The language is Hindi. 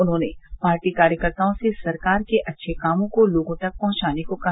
उन्होंने पार्टी कार्यकर्ताओं से सरकार के अच्छे कामों को लोगों तक पहुंचाने को कहा